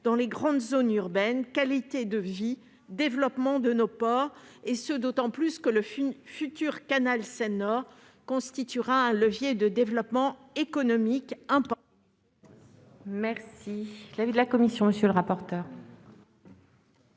dans les grandes zones urbaines, qualité de vie, développement de nos ports, à l'heure où le futur canal Seine-Nord constituera un levier de développement économique important. Quel est l'avis de la commission ? Doubler la part